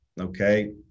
Okay